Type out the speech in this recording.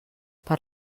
per